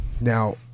Now